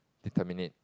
determinate